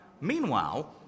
Meanwhile